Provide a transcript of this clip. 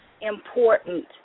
Important